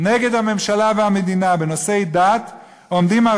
נגד הממשלה והמדינה בנושאי דת עומדות על